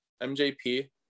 MJP